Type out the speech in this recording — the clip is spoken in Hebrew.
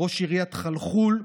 ראש עיריית חלחול,